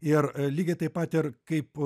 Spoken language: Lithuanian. ir lygiai taip pat ir kaip